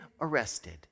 arrested